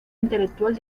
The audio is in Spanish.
intelectual